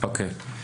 אוקיי.